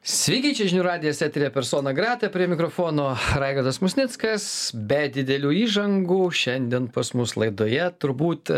sveiki čia žinių radijas eteryje persona grata prie mikrofono raigardas musnickas be didelių įžangų šiandien pas mus laidoje turbūt